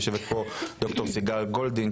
יושבת פה דוקטור סיגל גולדין,